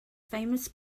famous